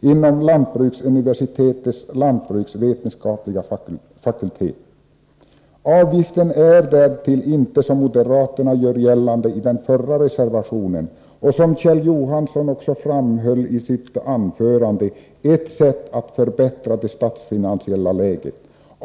inom lantbruksuniversitetets lantbruksvetenskapliga fakultet. Att införa avgiften är därtill inte, som moderaterna gör gällande i reservation 2, ett sätt att förbättra det statsfinansiella läget.